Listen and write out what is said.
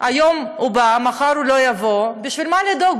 היום הוא בא, מחר הוא לא יבוא, בשביל מה לדאוג?